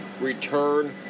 Return